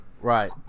Right